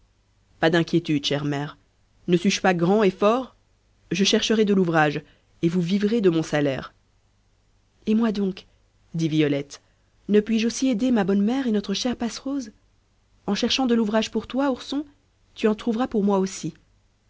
pas d'inquiétude chère mère ne suis-je pas grand et fort je chercherai de l'ouvrage et vous vivrez de mon salaire et moi donc dit violette ne puis-je aussi aider ma bonne mère et notre chère passerose en cherchant de l'ouvrage pour toi ourson tu en trouveras pour moi aussi